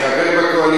אני חבר בקואליציה,